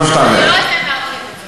אני לא אתן להרחיב את זה.